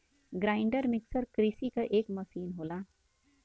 grinder mixer कृषि क एक मसीन होला